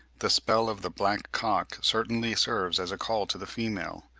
the spel of the black-cock certainly serves as a call to the female,